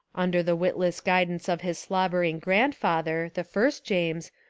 under the witless guidance of his slobbering grandfather, the first james,